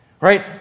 right